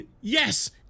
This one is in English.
Yes